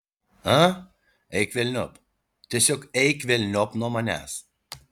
a eik velniop tiesiog eik velniop nuo manęs